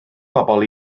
bobl